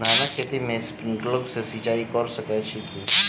धानक खेत मे स्प्रिंकलर सँ सिंचाईं कऽ सकैत छी की?